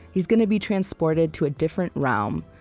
he's going to be transported to a different realm,